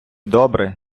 добре